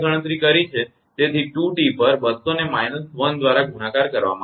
તેથી 2T પર 200 ને −1 દ્વારા ગુણાકાર કરવામાં આવશે